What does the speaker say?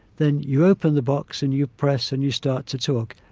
then you open the box and you press and you start to talk.